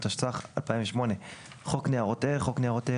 התשס"ח 2008; "חוק ניירות ערך" חוק ניירות ערך,